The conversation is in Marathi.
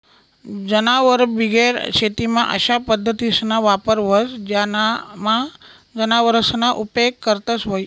जनावरबिगेर शेतीमा अशा पद्धतीसना वापर व्हस ज्यानामा जनावरसना उपेग करतंस न्हयी